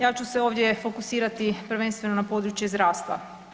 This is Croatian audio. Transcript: Ja ću se ovdje fokusirati prvenstveno na područje zdravstva.